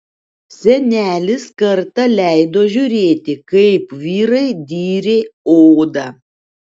senelis kartą leido žiūrėti kaip vyrai dyrė odą